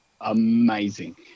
amazing